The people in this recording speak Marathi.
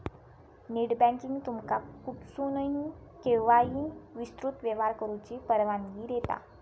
नेटबँकिंग तुमका कुठसूनही, केव्हाही विस्तृत व्यवहार करुची परवानगी देता